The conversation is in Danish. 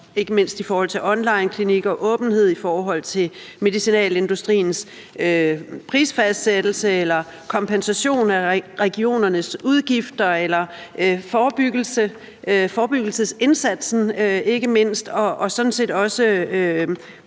ikke mindst i forhold til onlineklinikker, åbenhed i forhold til medicinalindustriens prisfastsættelse, kompensation af regionernes udgifter, ikke mindst forebyggelsesindsatsen og sådan set også